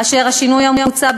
אשר השינוי המוצע,